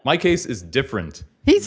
my case is different he's